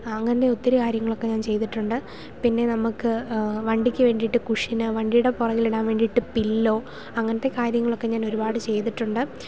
അങ്ങനെ ഒത്തിരി കാര്യങ്ങളൊക്കെ ഞാൻ ചെയ്തിട്ടുണ്ട് പിന്നെ നമുക്ക് വണ്ടിക്ക് വേണ്ടിയിട്ട് കുഷ്യൻ വണ്ടിയുടെ പുറകിൽ ഇടാൻ വേണ്ടിയിട്ട് പില്ലോ അങ്ങനത്തെ കാര്യങ്ങളൊക്കെ ഞാൻ ഒരുപാട് ചെയ്തിട്ടുണ്ട്